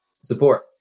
support